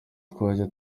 twajya